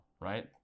right